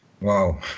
Wow